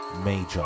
Major